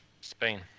Spain